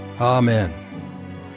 amen